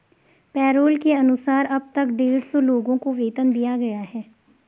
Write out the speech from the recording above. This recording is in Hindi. पैरोल के अनुसार अब तक डेढ़ सौ लोगों को वेतन दिया गया है